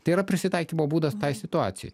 tai yra prisitaikymo būdas tai situacijai